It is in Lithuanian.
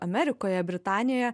amerikoje britanijoje